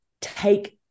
take